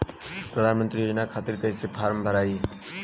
प्रधानमंत्री योजना खातिर कैसे फार्म भराई?